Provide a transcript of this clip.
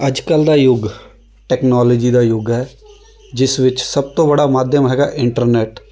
ਅੱਜ ਕੱਲ੍ਹ ਦਾ ਯੁੱਗ ਤੈਕਨੋਲਜੀ ਦਾ ਯੁੱਗ ਹੈ ਜਿਸ ਵਿੱਚ ਸਭ ਤੋਂ ਬੜਾ ਮਾਧਿਅਮ ਹੈਗਾ ਇੰਟਰਨੈੱਟ